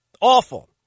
Awful